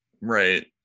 right